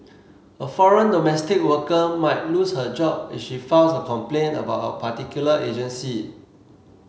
a foreign domestic worker might lose her job if she files a complaint about a particular agency